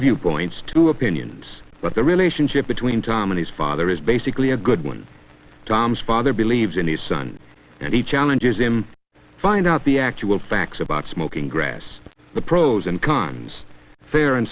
viewpoints two opinions but the relationship between tom and his father is basically a good one tom's father believes in his son and he challenges him find out the actual facts about smoking grass the pros and cons fair and